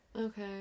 Okay